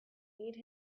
made